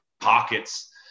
Pockets